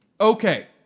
Okay